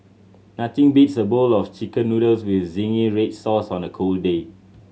nothing beats a bowl of Chicken Noodles with zingy red sauce on a cold day